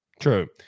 True